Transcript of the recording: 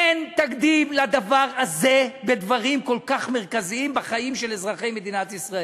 אין תקדים לדבר הזה בדברים כל כך מרכזיים בחיים של אזרחי מדינת ישראל.